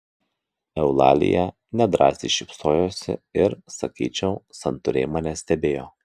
eulalija nedrąsiai šypsojosi ir sakyčiau santūriai mane stebėjo